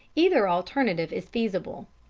either alternative is feasible.